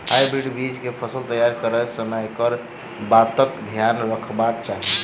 Hybrid बीज केँ फसल तैयार करैत समय कऽ बातक ध्यान रखबाक चाहि?